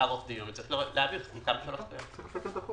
לערוך דיון ולהעביר חוק בשלוש קריאות.